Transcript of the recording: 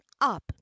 up